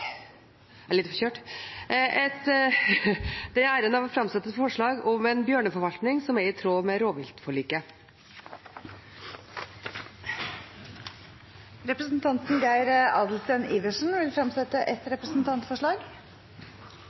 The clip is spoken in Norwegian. jeg på vegne av Heidi Greni, Ole André Myhrvold, Sandra Borch, Emilie Enger Mehl og meg sjøl æren av å framsette forslag om en bjørneforvaltning som er i tråd med rovviltforliket. Representanten Geir Adelsten Iversen vil fremsette et representantforslag.